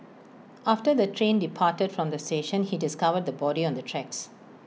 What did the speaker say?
after the train departed from the station he discovered the body on the tracks